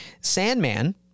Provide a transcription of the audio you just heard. *Sandman*